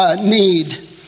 need